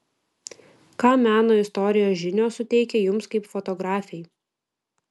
ką meno istorijos žinios suteikia jums kaip fotografei